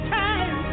time